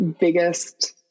biggest